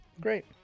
Great